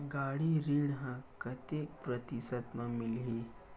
गाड़ी ऋण ह कतेक प्रतिशत म मिलही?